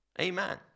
Amen